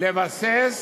לבסס